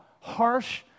harsh